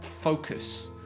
focus